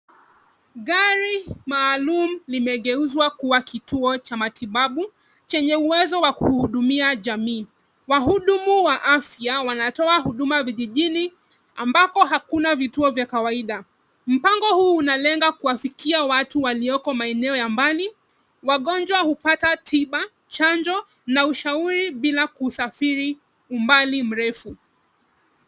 Gari maalum limegeuzwa kuwa kituo cha matibabu, chenye uwezo wa kuhudumia jamii. Wahudumu wa afya wanatoa huduma vijijini ambako hakuna vituo vya kawaida. Mpango huu unalenga kuwafikia watu walioko maeneo ya mbali. Wagonjwa hupata tiba, chanjo na ushauri bila kusafiri umbali mrefu.